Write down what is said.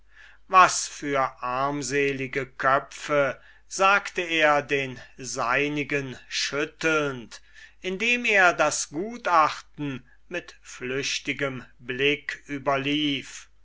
was für armselige köpfe sagte er den seinigen schüttelnd indem er das gutachten mit flüchtigem blicke überlief